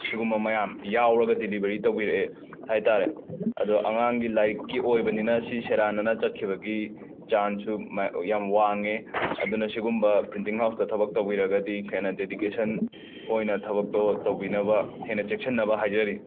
ꯁꯤꯒꯨꯝꯕ ꯃꯌꯥꯝ ꯌꯥꯎꯔꯒ ꯗꯤꯂꯤꯕꯔꯤ ꯇꯧꯕꯤꯔꯛꯑꯦ ꯍꯥꯏꯇꯥꯔꯦ ꯑꯗꯣ ꯑꯉꯥꯡꯒꯤ ꯂꯥꯏꯔꯤꯛꯀꯤ ꯑꯣꯏꯕꯅꯤꯅ ꯁꯤ ꯁꯦꯔꯥꯟꯅꯅ ꯆꯠꯈꯤꯕꯒꯤ ꯆꯥꯟꯁꯨ ꯃꯦ ꯌꯥꯝ ꯋꯥꯡꯉꯦ ꯑꯗꯨꯅ ꯁꯤꯒꯨꯝꯕ ꯄ꯭ꯔꯤꯟꯇꯤꯡ ꯍꯥꯎꯁꯇ ꯊꯕꯛ ꯇꯧꯕꯤꯔꯒꯗꯤ ꯍꯦꯟꯅ ꯗꯦꯗꯤꯀꯦꯁꯟ ꯑꯣꯏꯅ ꯊꯕꯛꯇꯣ ꯇꯧꯕꯤꯅꯕ ꯍꯦꯟꯅ ꯆꯦꯛꯁꯤꯟꯅꯕ ꯍꯥꯏꯖꯔꯤ